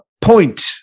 point